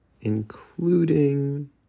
including